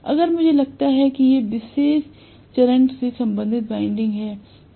अगर मुझे लगता है कि ये एक विशेष चरण से संबंधित वाइंडिंग हैं